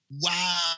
Wow